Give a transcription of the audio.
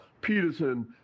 Peterson